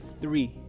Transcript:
three